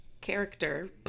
Character